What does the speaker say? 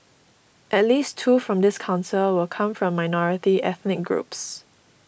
at least two from this Council will come from minority ethnic groups